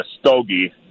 stogie